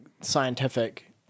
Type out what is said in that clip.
scientific